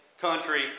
country